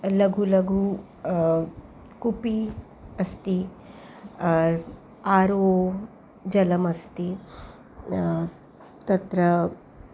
लघु लघु कूपी अस्ति आरो जलमस्ति तत्र